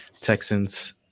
Texans